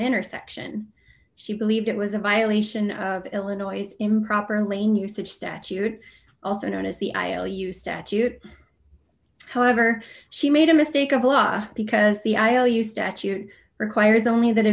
intersection she believed it was a violation of illinois improper lane usage statute also known as the iou statute however she made a mistake of law because the i o u statute requires only that a